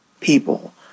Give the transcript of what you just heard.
people